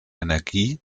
energie